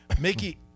Mickey